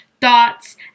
thoughts